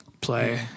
play